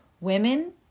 Women